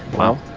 well,